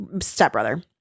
stepbrother